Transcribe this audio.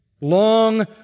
long